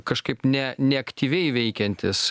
kažkaip ne neaktyviai veikiantis